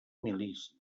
milícia